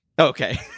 Okay